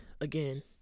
again